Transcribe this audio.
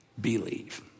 believe